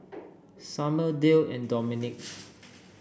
Summer Dale and Dominique